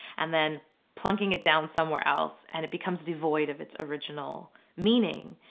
and then plunking it down somewhere else and it becomes devoid of its original meaning.